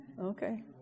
Okay